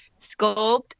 sculpt